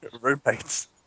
Roommates